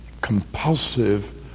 compulsive